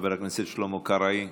כך אנחנו יכולים לפתור 95% מהבעיות,